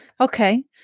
Okay